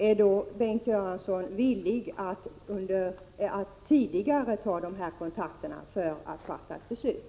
Är Bengt Göransson villig att tidigare ta de kontakter som behövs för ett beslut?